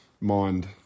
Mind